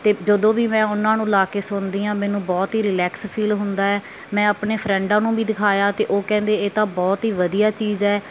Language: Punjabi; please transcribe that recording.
ਅਤੇ ਜਦੋਂ ਵੀ ਮੈਂ ਉਹਨਾਂ ਨੂੰ ਲਾ ਕੇ ਸੁਣਦੀ ਹਾਂ ਮੈਨੂੰ ਬਹੁਤ ਹੀ ਰਿਲੈਕਸ ਫੀਲ ਹੁੰਦਾ ਮੈਂ ਆਪਣੇ ਫਰੈਂਡਾਂ ਨੂੰ ਵੀ ਦਿਖਾਇਆ ਅਤੇ ਉਹ ਕਹਿੰਦੇ ਇਹ ਤਾਂ ਬਹੁਤ ਹੀ ਵਧੀਆ ਚੀਜ਼ ਹੈ